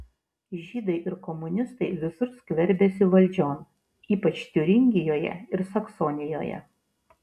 žydai ir komunistai visur skverbiasi valdžion ypač tiuringijoje ir saksonijoje